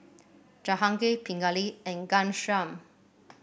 Jahangir Pingali and Ghanshyam